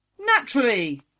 Naturally